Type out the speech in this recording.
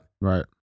Right